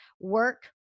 work